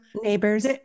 Neighbors